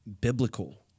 biblical